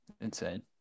Insane